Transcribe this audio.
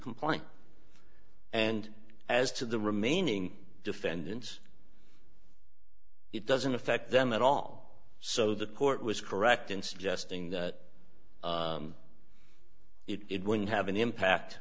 complaint and as to the remaining defendants it doesn't affect them at all so the court was correct in suggesting that it wouldn't have any impact